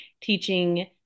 teaching